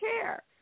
care